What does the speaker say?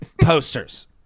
posters